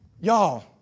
Y'all